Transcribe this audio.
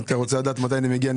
אם אתה רוצה לדעת מתי אני מגיע,